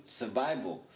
survival